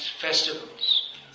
festivals